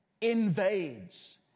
invades